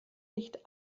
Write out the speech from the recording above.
nicht